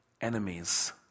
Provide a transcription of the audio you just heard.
enemies